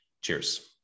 Cheers